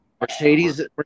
Mercedes